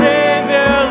Savior